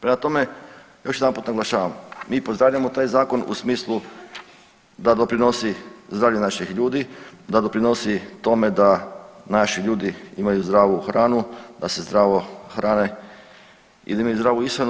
Prema tome, još jedanput naglašavam, mi pozdravljamo taj zakon u smislu da doprinosi zdravlju naših ljudi, da doprinosi tome da naši ljudi imaju zdravu hrane, da se zdravu hrane i da imaju zdravu ishranu.